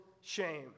shame